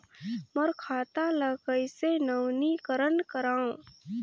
मोर खाता ल कइसे नवीनीकरण कराओ?